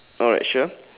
alright sure